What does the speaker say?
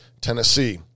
Tennessee